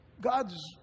God's